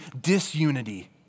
disunity